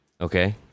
Okay